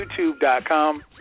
youtube.com